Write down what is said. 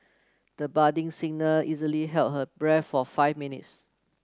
the budding singer easily held her breath for five minutes